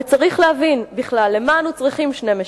וצריך להבין בכלל למה אנחנו צריכים לשני משיחים,